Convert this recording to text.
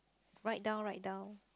write down write down